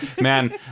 Man